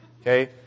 Okay